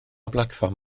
blatfform